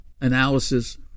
analysis